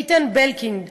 איתן בלקינד,